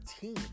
team